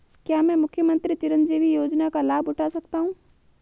क्या मैं मुख्यमंत्री चिरंजीवी योजना का लाभ उठा सकता हूं?